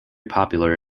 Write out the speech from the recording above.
popular